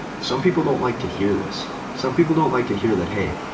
some people don't like to hear this, some people don't like to hear that, hey,